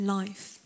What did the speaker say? life